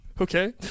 okay